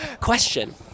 Question